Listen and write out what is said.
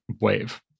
wave